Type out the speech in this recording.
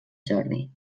jordi